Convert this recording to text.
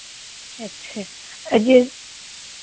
अच्छे अ जै